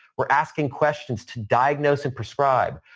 we're asking questions to diagnose and prescribe.